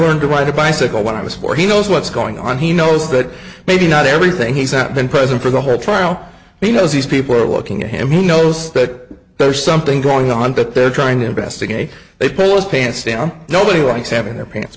learned to ride a bicycle when i was four he knows what's going on he knows that maybe not everything he's not been present for the whole trial because these people are looking at him he knows that there's something going on that they're trying to investigate they pose pants down nobody likes having their pants